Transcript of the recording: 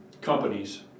companies